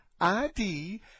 ID